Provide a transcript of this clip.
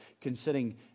considering